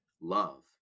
love